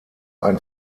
ein